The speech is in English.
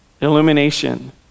Illumination